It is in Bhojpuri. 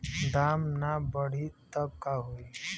दाम ना बढ़ी तब का होई